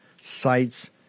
sites